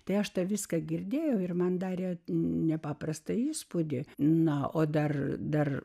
tai aš tą viską girdėjau ir man darė nepaprastą įspūdį na o dabar dar